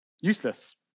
useless